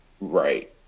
right